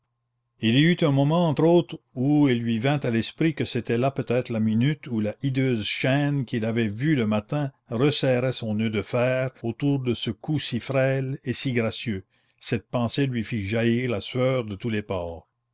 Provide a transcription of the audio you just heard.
il y eut un moment entre autres où il lui vint à l'esprit que c'était là peut-être la minute où la hideuse chaîne qu'il avait vue le matin resserrait son noeud de fer autour de ce cou si frêle et si gracieux cette pensée lui fit jaillir la sueur de tous les pores